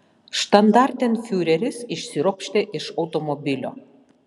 štandartenfiureris išsiropštė iš automobilio